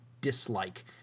dislike